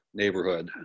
neighborhood